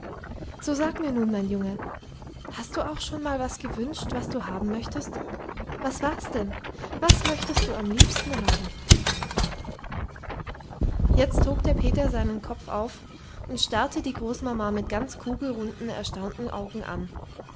so sag mir nun mein junge hast du auch schon mal was gewünscht das du haben möchtest was war's denn was möchtest du am liebsten haben jetzt hob der peter seinen kopf auf und starrte die großmama mit ganz kugelrunden erstaunten augen an